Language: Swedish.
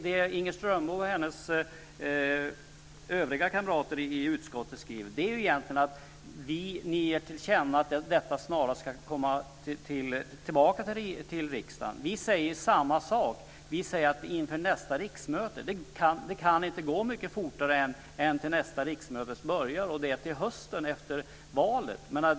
Det Inger Strömbom och hennes kamrater i utskottet skriver är att ni vill ge till känna att man snarast ska komma tillbaka till riksdagen. Vi säger samma sak, men vi säger: inför nästa riksmöte. Det kan inte gå mycket fortare än till nästa riksmötes början, till hösten efter valet.